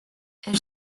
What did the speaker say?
elle